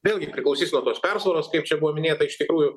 vėlgi priklausys nuo tos persvaros kaip čia buvo minėta iš tikrųjų